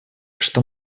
что